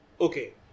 Okay